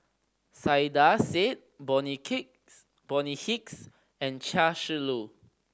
Saiedah Said Bonny Bonny Hicks and Chia Shi Lu